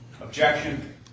Objection